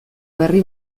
berri